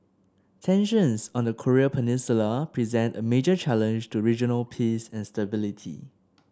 tensions on the Korean Peninsula present a major challenge to regional peace and stability